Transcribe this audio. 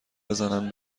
بزنن